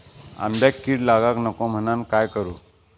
आंब्यक कीड लागाक नको म्हनान काय करू?